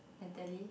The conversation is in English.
Natalie